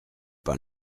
par